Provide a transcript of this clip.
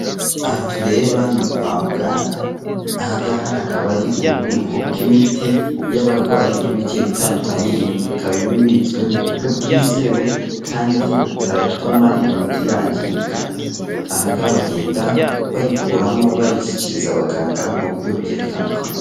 Aha tureba ni kwa muganga. Aha ngaha akaba ari ububiko bw'imiti y'abarwayi iba igiye itandukanye, ikaba ibitswe mu buryo bwizewe kandi butatuma iyi miti yangirika. Bagenda bayikuramo bayishyikiriza abaganga mu buryo bugiye butandukanye.